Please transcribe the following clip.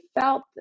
felt